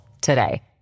today